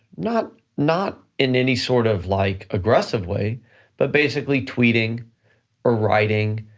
not not in any sort of like aggressive way but basically tweeting or writing,